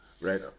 right